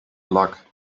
luck